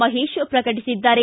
ಮಹೇಶ್ ಪ್ರಕಟಿಸಿದ್ದಾರೆ